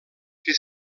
que